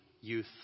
youth